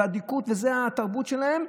באדיקות, וזו התרבות שלהם.